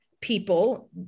people